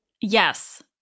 Yes